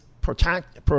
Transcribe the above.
protect